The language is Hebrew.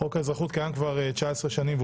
חוק האזרחות קיים כבר 19 שנים,